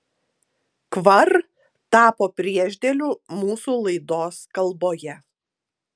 kvar tapo priešdėliu mūsų laidos kalboje